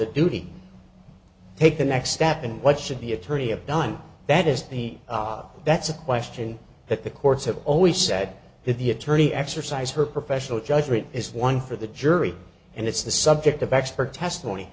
a duty take the next step and what should the attorney of done that is he that's a question that the courts have always said that the attorney exercise her professional judgment is one for the jury and it's the subject of expert testimony